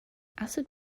acid